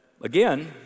again